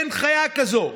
אין חיה כזאת.